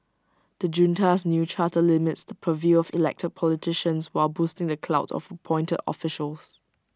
the junta's new charter limits the purview of elected politicians while boosting the clout of appointed officials